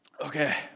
Okay